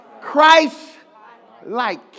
Christ-like